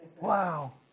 Wow